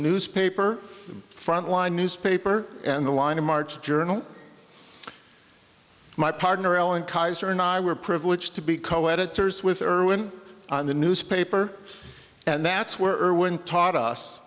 newspaper frontline newspaper and the line of march journal my partner ellen kaiser and i were privileged to be coeditors with irwin on the newspaper and that's where irwin taught us